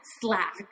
Slack